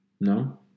No